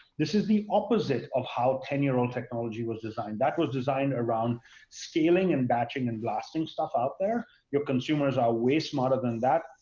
this is the opposite of how ten year old technology was designed. that was designed around scaling and batching and blasting stuff out there, consumers are way smarter than that.